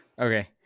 okay